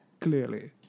Clearly